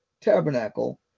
tabernacle